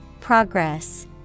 Progress